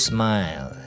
Smile